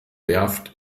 werft